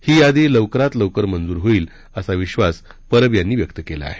ही यादी लवकरात लवकर मंजूर होईल असा विश्वास परब यांनी व्यक्त केला आहे